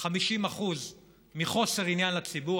50% מחוסר עניין לציבור,